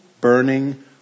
burning